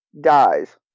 dies